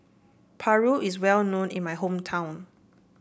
Paru is well known in my hometown